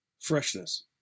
freshness